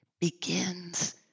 begins